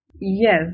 Yes